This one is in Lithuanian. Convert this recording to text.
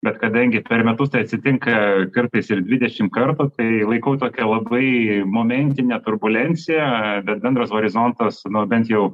bet kadangi per metus tai atsitinka kartais ir dvidešim kartų tai laikau tokia labai momentine turbulencija bet bendras horizontas nu bent jau